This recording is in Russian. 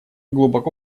глубоко